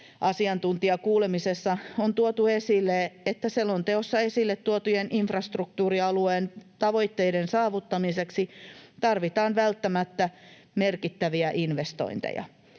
Asiantuntijakuulemisessa on tuotu esille, että selonteossa esille tuotujen infrastruktuurialueen tavoitteiden saavuttamiseksi tarvitaan välttämättä merkittäviä investointeja.